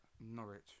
Norwich